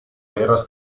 vera